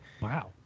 wow